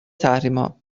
تحریمها